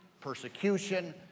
persecution